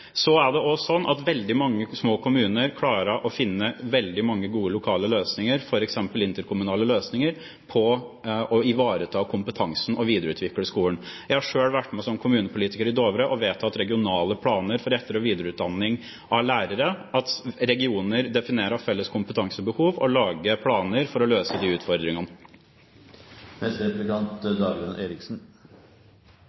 Så er det også sånn at veldig mange små kommuner klarer å finne mange gode lokale løsninger, f.eks. interkommunale løsninger, for å ivareta kompetansen og videreutvikle skolen. Jeg har selv vært kommunepolitiker i Dovre og vet at regioner definerer felles kompetansebehov og lager planer for å løse de utfordringene